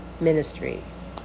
Ministries